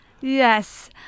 Yes